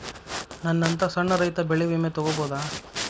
ನನ್ನಂತಾ ಸಣ್ಣ ರೈತ ಬೆಳಿ ವಿಮೆ ತೊಗೊಬೋದ?